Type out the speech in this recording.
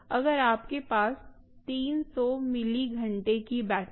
अगर आपके पास 300 मिली घंटे की बैटरी है